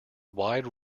wide